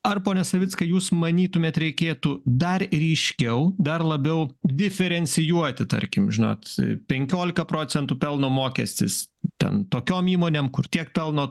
ar pone savickai jūs manytumėt reikėtų dar ryškiau dar labiau diferencijuoti tarkim žinot penkiolika procentų pelno mokestis ten tokiom įmonėm kur tiek pelno